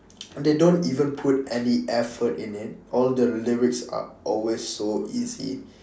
they don't even put any effort in it all the lyrics are always so easy